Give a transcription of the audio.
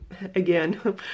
again